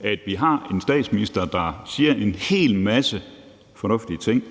at vi har en statsminister, der siger en hel masse fornuftige ting,